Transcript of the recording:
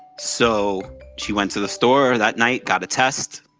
so she went to the store that night, got a test,